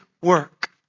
work